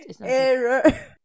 Error